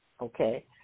okay